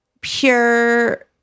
pure